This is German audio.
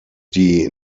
die